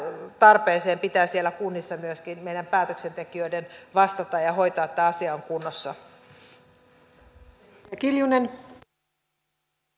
eli tähän tarpeeseen pitää siellä kunnissa myöskin meidän päätöksentekijöiden vastata ja hoitaa että tämä asia on kunnossa